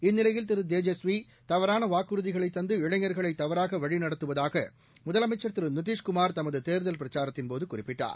இந்நிலையில் திரு தேஜஸ்வி தவறான வாக்குறுதிகளை தந்து இளைஞர்களை தவறாக வழிநடத்துவதாக முதலமைச்ச் திரு நிதிஷ்குமார் தமது தேர்தல் பிரச்சாரத்தின்போது குறிப்பிட்டார்